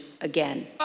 again